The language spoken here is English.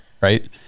right